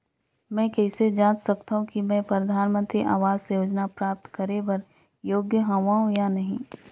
मैं कइसे जांच सकथव कि मैं परधानमंतरी आवास योजना प्राप्त करे बर योग्य हववं या नहीं?